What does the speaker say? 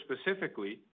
specifically